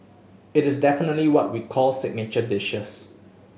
it is definitely what we call signature dishes